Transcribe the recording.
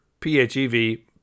PHEV